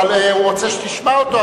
אבל הוא רוצה שתשמע אותו,